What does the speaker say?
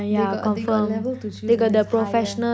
they got they got level to choose and is higher